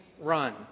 run